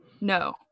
No